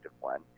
one